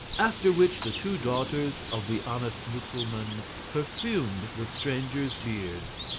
after which the two daughters of the honest mussulman perfumed the strangers' beards.